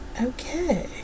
okay